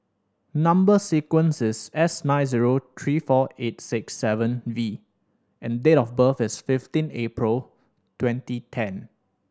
number sequence is S nine zero three four eight six seven V and date of birth is fifteen April twenty ten